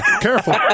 Careful